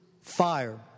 fire